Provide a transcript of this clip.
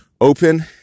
open